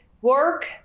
work